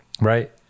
Right